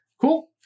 cool